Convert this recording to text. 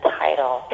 title